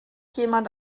jemand